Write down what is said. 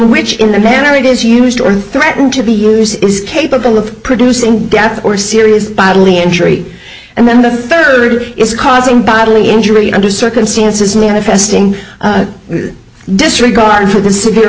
which in the manner it is used or threatened to be used is capable of producing death or serious bodily injury and then the faired is causing bodily injury under circumstances manifesting disregard for the severe